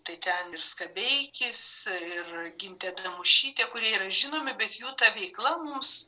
tai ten ir skabeikis ir gintė damušytė kurie yra žinomi bet jų ta veikla mums